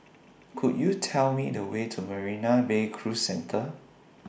Could YOU Tell Me The Way to Marina Bay Cruise Centre